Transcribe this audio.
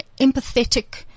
empathetic